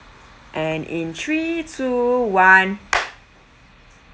and in three two one